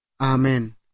Amen